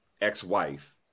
ex-wife